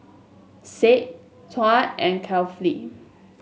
said Tuah and Kefli